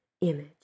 image